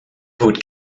wut